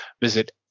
visit